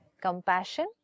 Compassion